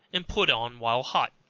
and put on while hot.